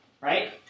right